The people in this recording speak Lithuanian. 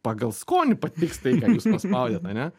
pagal skonį patiks tai ką jūs paspaudėt ane